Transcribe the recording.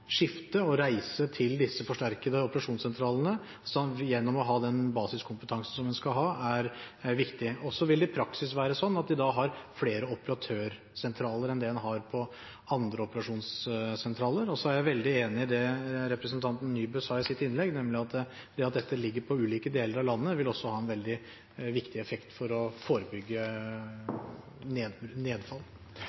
skifte mellom og reise til disse forsterkede operasjonssentralene, ved å ha den basiskompetansen som de skal ha, er viktig. Det vil i praksis være slik at de da har flere operatørsentraler enn det en har på andre operasjonssentraler. Og jeg er veldig enig i det representanten Nybø sa i sitt innlegg: Det at dette ligger i ulike deler av landet, vil ha en veldig viktig effekt for å forebygge